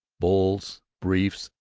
bulls, briefs,